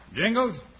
Jingles